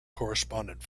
correspondent